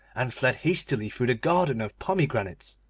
and fled hastily through the garden of pomegranates,